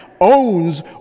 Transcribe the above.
owns